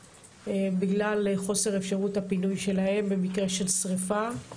בגלל חוסר אפשרות הפינוי שלהם במקרה של שריפה.